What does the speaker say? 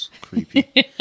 creepy